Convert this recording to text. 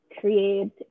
create